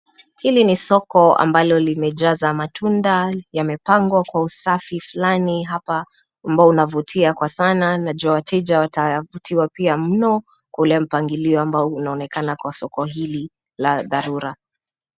Hili ni soko ambalo limejaza matunda. Yamepangwa kwa usafi fulani hapa ambao unavutia kwa sana najua wateja watavutiwa pia mno kwa ule mpangilio ambao unaonekana kwa soko hili la dharura.